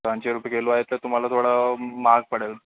ऐंशी रुपये किलो आहे तर तुम्हाला थोडं महाग पडेल